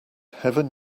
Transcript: heaven